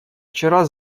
вчера